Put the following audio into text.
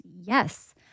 Yes